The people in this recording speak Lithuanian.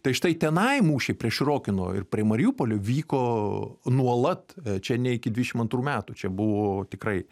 tai štai tenai mūšiai prie širokino ir prie mariupolio vyko nuolat čia ne iki dvidešimt antrų metų čia buvo tikrai